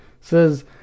says